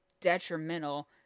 detrimental